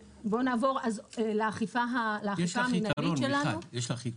יש לך יתרון, מיכל.